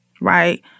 right